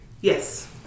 Yes